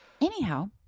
Anyhow